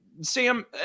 Sam